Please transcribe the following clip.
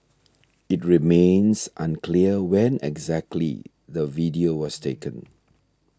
it remains unclear when exactly the video was taken